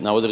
na određenim